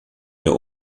der